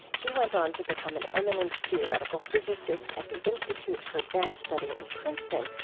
he went on to become an eminent theoretical physicist at the institute for advanced study in princeton,